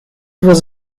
was